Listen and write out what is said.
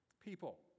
people